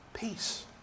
peace